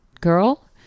girl